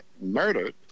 murdered